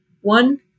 one